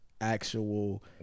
actual